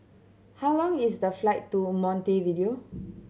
how long is the flight to Montevideo